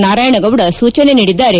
ನಾರಾಯಣಗೌಡ ಸೂಚನೆ ನೀಡಿದ್ದಾರೆ